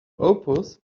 opus